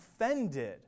offended